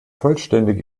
vollständig